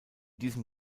diesem